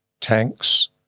tanks